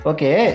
Okay